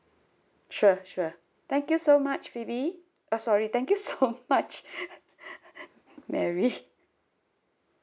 sure sure thank you so much phoebe oh sorry thank you so much mary